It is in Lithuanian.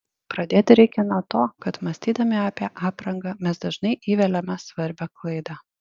pradėti reikia nuo to kad mąstydami apie aprangą mes dažnai įveliame svarbią klaidą